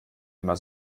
immer